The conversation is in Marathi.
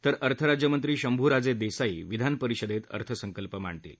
तर अर्थराज्य मंत्री शभुराजे देसाई विधान परिषदेत अर्थसंकल्प मांडतील